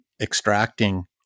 extracting